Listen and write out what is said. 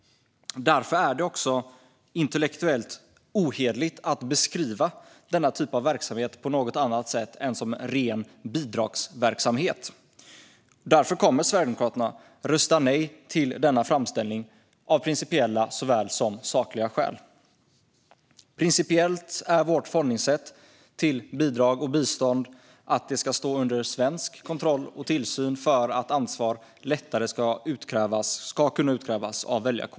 Därför är det intellektuellt ohederligt att beskriva denna typ av verksamhet på något annat sätt än som ren bidragsverksamhet. Sverigedemokraterna kommer att rösta nej till denna framställning av såväl principiella som sakliga skäl. Vårt förhållningssätt till bidrag och bistånd är att dessa ska stå under svensk kontroll och tillsyn för att väljarkåren lättare ska kunna utkräva ansvar.